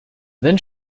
then